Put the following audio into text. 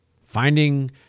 Finding